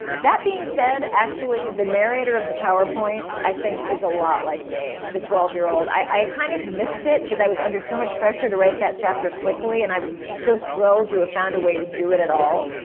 that being said, actually the narrator of the powerpoint i think is a lot like me, the twelve-year old. i kind of missed it because i was under so much pressure to write that chapter quickly and i was so thrilled to have found a way to do it at all,